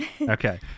okay